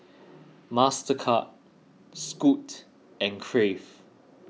Mastercard Scoot and Crave